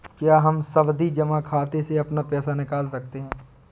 क्या हम सावधि जमा खाते से अपना पैसा निकाल सकते हैं?